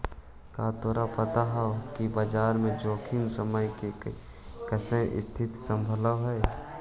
का तोरा पता हवअ कि बाजार जोखिम के समय में कइसे स्तिथि को संभालव